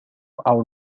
our